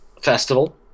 Festival